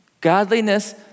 Godliness